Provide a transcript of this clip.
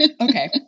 Okay